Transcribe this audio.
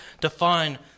define